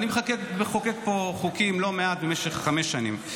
אני מחוקק פה חוקים לא מעט במשך חמש שנים,